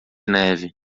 neve